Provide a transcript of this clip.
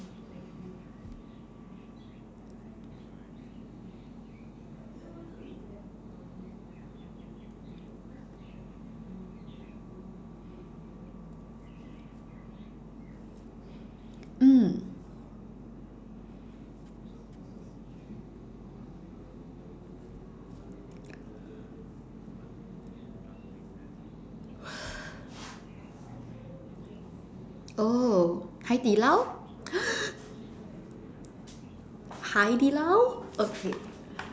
mm oh Hai-Di-Lao Hai-Di-Lao okay